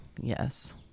Yes